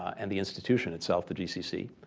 and the institution itself the gcc,